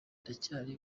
ndacyari